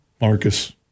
Marcus